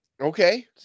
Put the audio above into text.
Okay